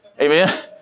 Amen